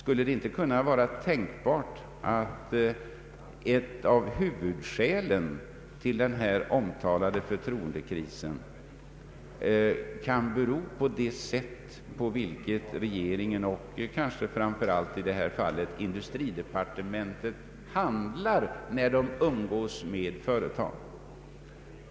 Kan det inte vara tänkbart att ett av huvudskälen tili den omtalade förtroendekrisen är det sätt på vilket regeringen — och kanske framför allt i detta fall industridepartementet — handlar i umgänget med företagen?